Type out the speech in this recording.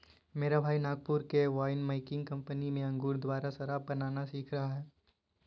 मेरा भाई नागपुर के वाइन मेकिंग कंपनी में अंगूर द्वारा शराब बनाना सीख रहा है